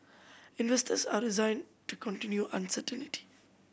investors are resigned to continuing uncertainty